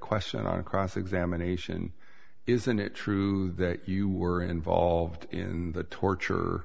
question on cross examination isn't it true that you were involved in the torture